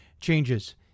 changes